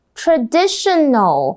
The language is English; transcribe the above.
traditional